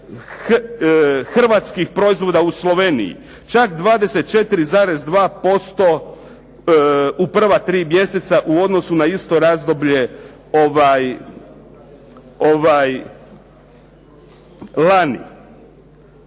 hrvatskih proizvoda u Sloveniji, čak 24,2% u prva tri mjeseca u odnosu na isto razdoblje lani?